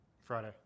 Friday